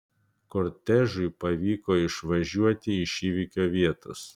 kortežui pavyko išvažiuoti iš įvykio vietos